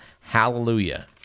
Hallelujah